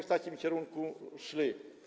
w takim kierunku szli.